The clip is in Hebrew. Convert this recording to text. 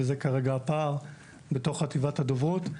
וזה כרגע הפער בתוך חטיבת הדוברות.